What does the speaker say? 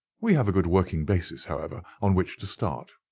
we have a good working basis, however, on which to start.